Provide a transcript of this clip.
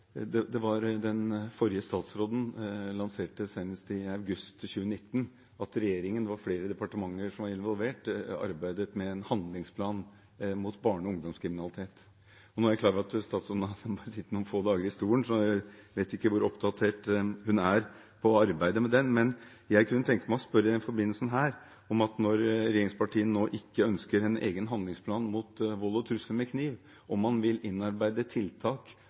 er klar over at statsråden bare har sittet noen få dager i stolen, så jeg vet ikke hvor oppdatert hun er på dette arbeidet, men i denne forbindelse kunne jeg tenke meg å spørre om man, når regjeringspartiene ikke ønsker en egen handlingsplan mot vold og trusler med kniv, i handlingsplanen mot barne- og ungdomskriminalitet vil innarbeide tiltak